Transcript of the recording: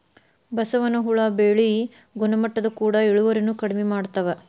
ಬಸವನ ಹುಳಾ ಬೆಳಿ ಗುಣಮಟ್ಟದ ಕೂಡ ಇಳುವರಿನು ಕಡಮಿ ಮಾಡತಾವ